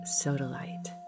sodalite